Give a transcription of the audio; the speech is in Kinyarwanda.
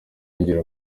ngira